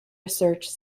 research